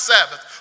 Sabbath